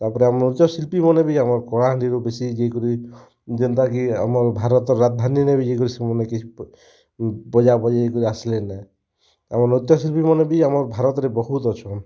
ତା'ର୍ପରେ ଆମର୍ ନୃତ୍ୟ ଶିଳ୍ପୀମାନେ ଆମର୍ କଳାହାଣ୍ଡି ରୁ ବେଶି ଯାଇକରି ଯେନ୍ତା କି ଆମର୍ ଭାରତ୍ ର ରାଜଧାନୀ ରେ ବି ଯାଇକରି ସେମାନେ କିଛି ବାଜା ବଜେଇକିରି ଆସ୍ଲେନ ଆଉ ନୃତ୍ୟ ଶିଳ୍ପୀମାନେ ବି ଆମର୍ ଭାରତ୍ରେ ବହୁତ୍ ଅଛନ୍